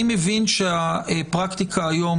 אני מבין שהפרקטיקה היום